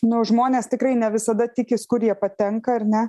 nu žmonės tikrai ne visada tikis kur jie patenka ar ne